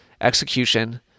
execution